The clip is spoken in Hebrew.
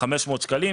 500 שקלים.